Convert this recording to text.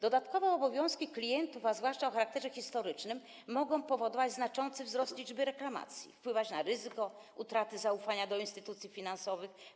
Dodatkowo obowiązki klientów, a zwłaszcza te o charakterze historycznym, mogą powodować znaczący wzrost liczby reklamacji, wpływać na ryzyko utraty zaufania do instytucji finansowych.